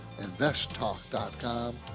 investtalk.com